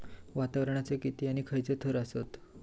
वातावरणाचे किती आणि खैयचे थर आसत?